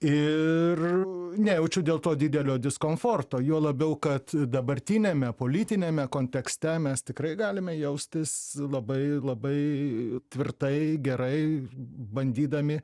ir nejaučiu dėl to didelio diskomforto juo labiau kad dabartiniame politiniame kontekste mes tikrai galime jaustis labai labai tvirtai gerai bandydami